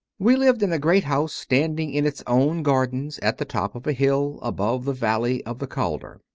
we lived in a great house standing in its own gardens, at the top of a hill above the valley of the calder.